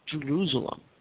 Jerusalem